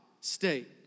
state